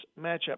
matchup